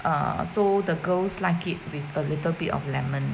err so the girls like it with a little bit of lemon